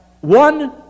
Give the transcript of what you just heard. one